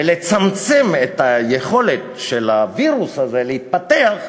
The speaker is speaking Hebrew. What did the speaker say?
ולצמצם את היכולת של הווירוס הזה להתפתח,